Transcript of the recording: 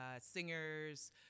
singers